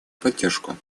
поддержку